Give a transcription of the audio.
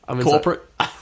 Corporate